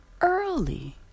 early